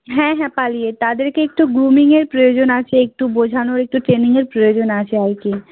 হ্যাঁ হ্যাঁ পালিয়ে তাদেরকে একটু গ্রুমিংয়ের প্রয়োজন আছে একটু বোঝানোর একটু ট্রেনিংয়ের প্রয়োজন আছে আর কি